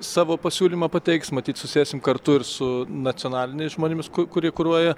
savo pasiūlymą pateiks matyt susėsim kartu ir su nacionaliniais žmonėmis ku kurie kuri kuruoja